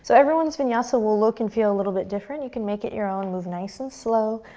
so everyone's vinyasa will look and feel a little bit different. you can make it your own. move nice and slow,